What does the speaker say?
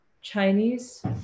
Chinese